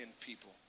people